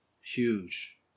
Huge